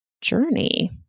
journey